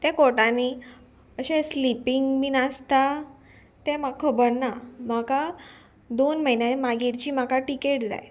ते कोर्टांनी अशें स्लीपींग बीन आसता तें म्हाका खबर ना म्हाका दोन म्हयन्या मागीरची म्हाका टिकेट जाय